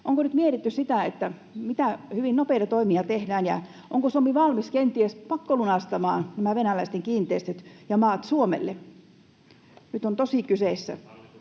Onko nyt mietitty sitä, mitä hyvin nopeita toimia tehdään ja onko Suomi valmis kenties pakkolunastamaan nämä venäläisten kiinteistöt ja maat Suomelle? [Mikko